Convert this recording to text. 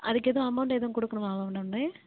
அதுக்கு எதுவும் அமெளண்ட் எதுவும் கொடுக்கணுமா மேம் நான்